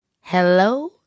hello